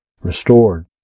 restored